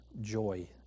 joy